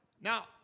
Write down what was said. Now